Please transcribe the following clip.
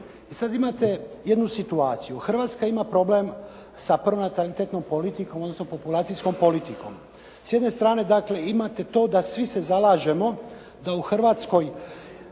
I sad imate jednu situaciju. Hrvatska ima problem sa pronatalitetnom politikom odnosno populacijskom politikom. S jedne strane dakle imate to da svi se zalažemo da u Hrvatskoj